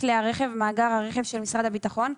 כלי הרכב במאגר הרכב של משרד הביטחון,